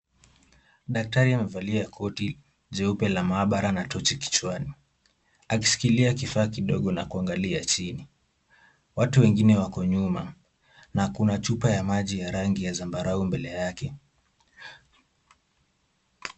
Daktari amevalia koti jeupe la maabara na tochi kichwani, akishikilia kifaa kidogo na kuangalia chini. Watu wengine wako nyuma na kuna chupa ya maji ya rangi ya zambarau mbele yake.